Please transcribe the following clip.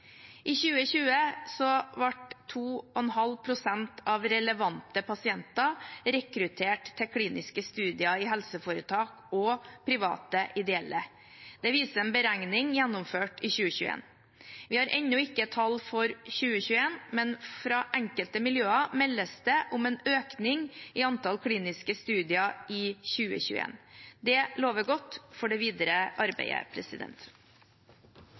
I 2020 ble 2,5 pst. av relevante pasienter rekruttert til kliniske studier i helseforetak og private ideelle. Det viser en beregning gjennomført i 2021. Vi har ennå ikke tall for 2021, men fra enkelte miljøer meldes det om en økning i antall kliniske studier i 2021. Det lover godt for det videre arbeidet.